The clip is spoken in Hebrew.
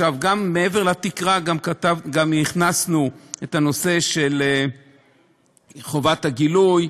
מעבר לתקרה גם הכנסנו את הנושא של חובת הגילוי,